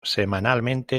semanalmente